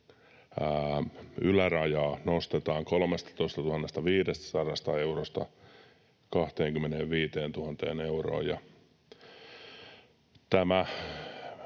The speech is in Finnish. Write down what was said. ylärajaa nostetaan 13 500 eurosta 25 000 euroon.